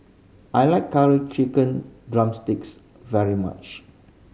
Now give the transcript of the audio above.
I like Curry Chicken drumsticks very much